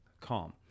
calm